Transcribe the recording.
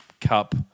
Cup